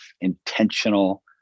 intentional